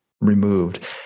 removed